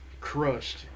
crushed